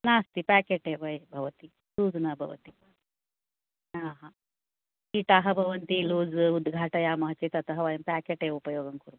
नास्ति प्याकेट एव भवति लूस् न भवति किटाः भवन्ति लूस् उद्धाटयामः चेत् अतः वयं प्याकेटेव उपयोगं कुर्मः